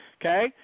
Okay